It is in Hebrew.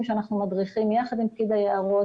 שאנחנו מדריכים יחד עם פקיד היערות.